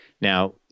Now